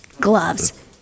gloves